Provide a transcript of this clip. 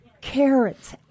carrots